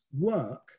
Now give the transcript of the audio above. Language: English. work